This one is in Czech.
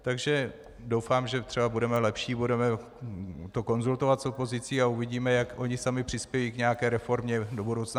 Takže doufám, že třeba budeme lepší, budeme to konzultovat s opozicí a uvidíme, jak oni sami přispějí k nějaké reformě do budoucna.